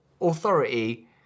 authority